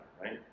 right